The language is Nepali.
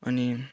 अनि